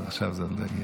נו, אני שואל אותו.